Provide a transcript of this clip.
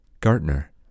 Gartner